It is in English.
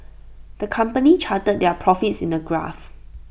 the company charted their profits in A graph